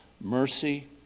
mercy